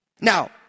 Now